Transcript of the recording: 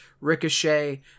Ricochet